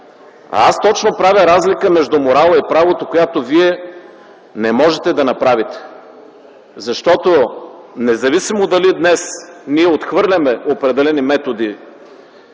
Аз точно правя разлика между морала и правото, която Вие не можете да направите, защото независимо дали днес ние отхвърляме определени